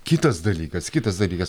kitas dalykas kitas dalykas